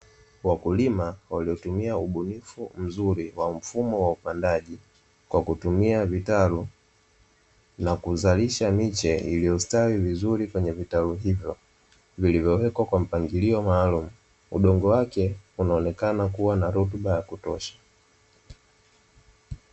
Wakulima waliotumua ubunifu mzuri wa mfumo wa upandaji kwa kutumia vitaru na kuzalisha miche iliyostawi vizuri kwenye vitalu hivyo vilivyowekwa kwa mpangilio maalumu, udongo wake unaonekana kuwa na rutuba ya kutosha.